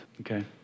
okay